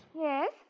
Yes